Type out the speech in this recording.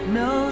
no